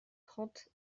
trente